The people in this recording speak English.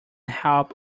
help